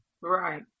Right